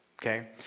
okay